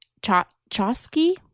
Chosky